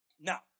Now